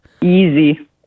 easy